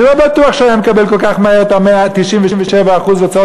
אני לא בטוח שהוא היה מקבל כל כך מהר את 97% הוצאות